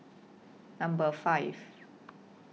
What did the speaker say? Number five